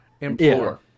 implore